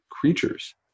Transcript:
creatures